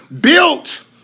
built